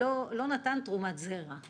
נתן תרומת זרע.